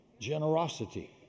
Generosity